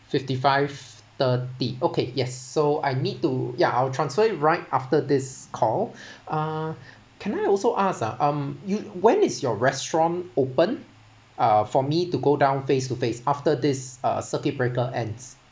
fifty five thirty okay yes so I need to ya I'll transfer you right after this call uh can I also ask ah um you when is your restaurant open uh for me to go down face to face after this uh circuit breaker ends